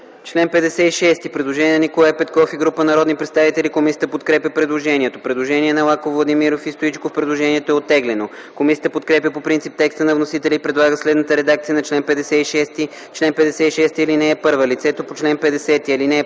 чл. 56 има предложение на Николай Петков и група народни представители. Комисията подкрепя предложението. Предложение на Лаков, Владимиров и Стоичков. Предложението е оттеглено. Комисията подкрепя по принцип текста на вносителя и предлага следната редакция на чл. 56: „Чл. 56. (1) Лицето по чл. 50,